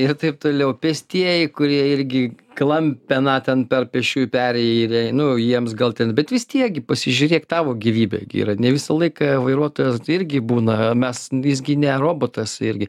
ir taip toliau pėstieji kurie irgi klampena ten per pėsčiųjų perėją ir ei nu jiems gal ten bet vis tiek gi pasižiūrėk tavo gyvybė gi yra ne visą laiką vairuotojas irgi būna mes visgi ne robotas irgi